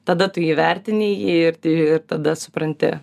tada tu įvertini jį ir ir tada supranti